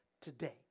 today